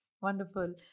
Wonderful